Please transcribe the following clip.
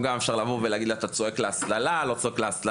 אפשר גם לבוא ולהגיד היום: ״אתה צועק להסללה או לא צועק להסללה״.